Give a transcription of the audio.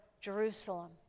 Jerusalem